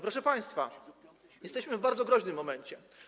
Proszę Państwa, jesteśmy w bardzo groźnym momencie.